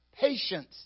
patience